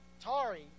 Tari